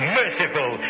merciful